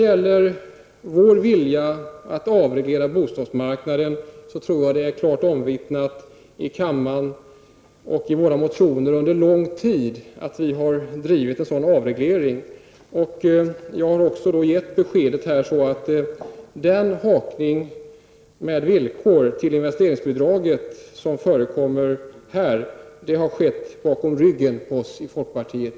Folkpartiets vilja att avreglera bostadsmarknaden är klart omvittnad i kammaren, och vi har under lång tid i våra motioner drivit frågan om en sådan avreglering. Jag har också här givit besked om att den koppling som har skett mellan investeringsbidraget och olika villkor är något som socialdemokraterna har gjort bakom ryggen på oss i folkpartiet.